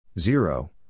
zero